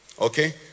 Okay